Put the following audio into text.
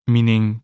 Meaning